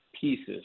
pieces